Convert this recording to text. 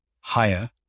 higher